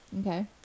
Okay